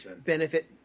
benefit